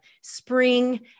spring